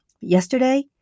Yesterday